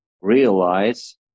realize